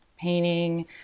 painting